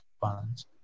funds